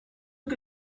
que